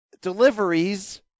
deliveries